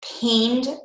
pained